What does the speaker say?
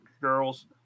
girls